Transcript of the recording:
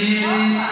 זה קטסטרופה.